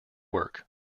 work